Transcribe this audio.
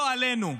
לא עלינו,